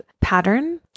pattern